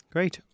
Great